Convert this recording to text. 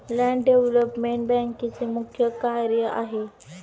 Land development बँकेचे मुख्य कार्य काय आहे?